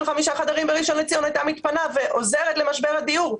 חמישה חדרים בראשון לציון הייתה מתפנה ועוזרת למשבר הדיור.